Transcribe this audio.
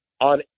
on